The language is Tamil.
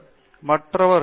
சி கணிதம் முடித்தவர்கள்